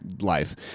Life